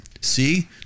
See